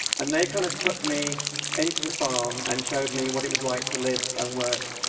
and they kind of took me into the farm and showed me what it was like to live and work.